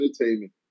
Entertainment